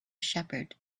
shepherd